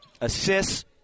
assists